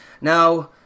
Now